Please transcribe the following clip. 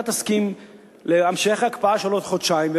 תסכים להמשך הקפאה של עוד חודשיים,